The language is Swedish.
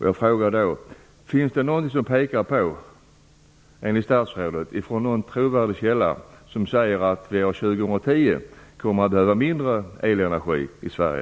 Jag frågar då: Finns det någon trovärdig källa, enligt statsrådet, som pekar på att vi år 2010 kommer att behöva mindre elenergi i Sverige?